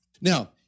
Now